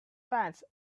fence